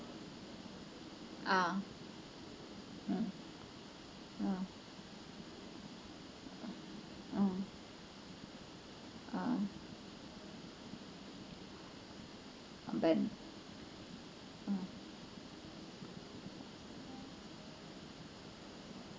ah mm mm mm mm ben